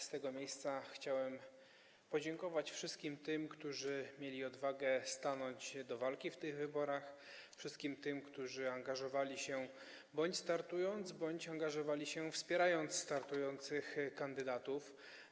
Z tego miejsca chciałbym podziękować wszystkim tym, którzy mieli odwagę stanąć do walki w tych wyborach, wszystkim tym, którzy angażowali się, startując bądź wspierając startujących kandydatów.